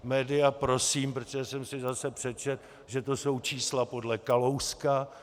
Média prosím, protože jsem si zase přečetl, že to jsou čísla podle Kalouska.